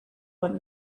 want